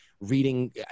reading